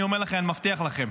אני אומר לכם, אני מבטיח לכם.